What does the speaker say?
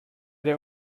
der